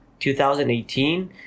2018